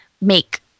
Make